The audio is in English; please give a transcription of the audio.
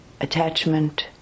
attachment